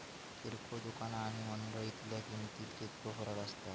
किरकोळ दुकाना आणि मंडळीतल्या किमतीत कितको फरक असता?